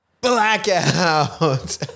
Blackout